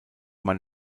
man